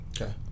Okay